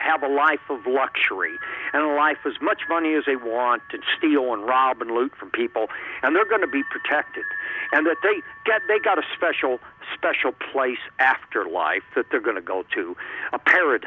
have a life of luxury and a life as much money as they want to steal and rob and loot from people and they're going to be protected and that they get they got a special special place afterlife that they're going to go to a par